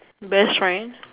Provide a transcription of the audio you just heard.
best friends